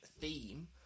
theme